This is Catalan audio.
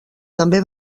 també